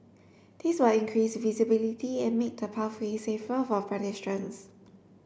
this will increase visibility and make the pathway safer for pedestrians